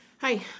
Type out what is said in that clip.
Hi